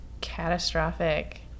catastrophic